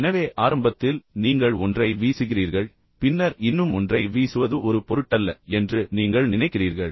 எனவே ஆரம்பத்தில் நீங்கள் ஒன்றை வீசுகிறீர்கள் பின்னர் இன்னும் ஒன்றை வீசுவது ஒரு பொருட்டல்ல என்று நீங்கள் நினைக்கிறீர்கள்